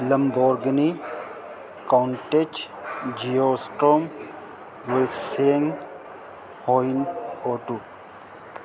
Lamborghini Countach جیو اسٹوم waxing ہو ہوت